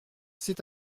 c’est